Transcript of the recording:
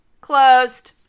closed